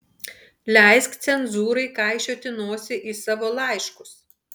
leisk cenzūrai kaišioti nosį į savo laiškus